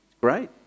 great